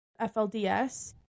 FLDS